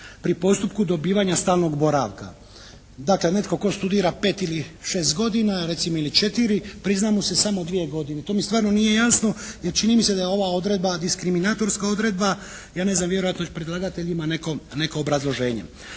pri postupku dobivanja stalnog boravka. Dakle netko tko studira 5 ili 6 godina, recimo ili 4, prizna mu se samo 2 godine. To mi stvarno nije jasno, jer čini mi se da je ova odredba diskriminatorska odredba. Ja ne znam vjerojatno predlagatelj ima neko obrazloženje.